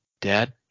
dad